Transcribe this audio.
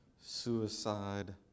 suicide